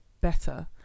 better